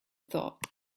thought